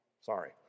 Sorry